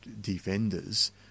defenders